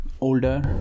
older